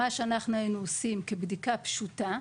מה שאנחנו היינו עושים כבדיקה פשוטה,